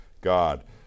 God